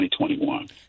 2021